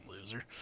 loser